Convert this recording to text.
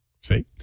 See